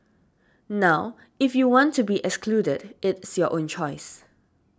now if you want to be excluded it's your own choice